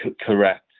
Correct